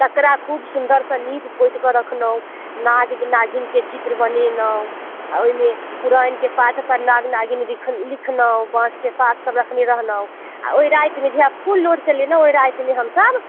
तकरा खूब सुंदरसँ नीप पोतिके रखलहुँ नाग नागिनके चित्र बनेलहुँ आ ओहिमे पूरैनके पात पर नाग नागिन लिखलहुँ बाँसके पात सब रखने रहलहुँ आ ओहि रातिमे जहिआ फूल लोढ़िके एलियै ने ओहि रातिमे हमसब